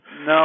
No